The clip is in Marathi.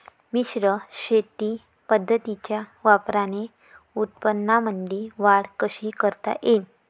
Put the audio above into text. मिश्र शेती पद्धतीच्या वापराने उत्पन्नामंदी वाढ कशी करता येईन?